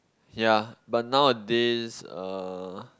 ya but nowadays uh